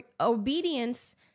obedience